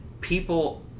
people